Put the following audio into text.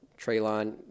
Traylon